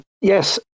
Yes